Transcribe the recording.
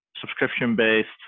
subscription-based